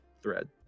Thread